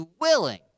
willing